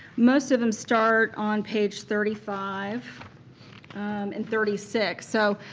most of them start on page thirty five and thirty six. so